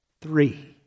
three